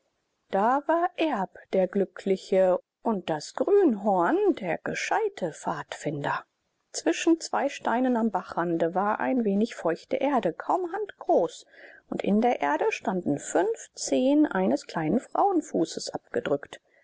da war erb der glückliche und das grünhorn der gescheite pfadfinder zwischen zwei steinen am bachrande war ein wenig feuchte erde kaum handgroß und in der erde standen fünf zehen eines kleinen frauenfußes abgedrückt